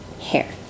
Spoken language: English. hair